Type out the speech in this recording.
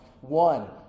One